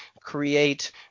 create